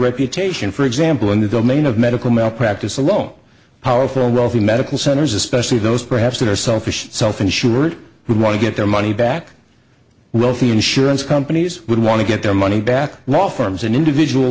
reputation for example in the domain of medical malpractise alone powerful role the medical centers especially those perhaps that are selfish self insured who want to get their money back wealthy insurance companies would want to get their money back law firms and individual